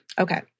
Okay